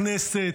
הממשלתית.